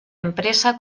empresa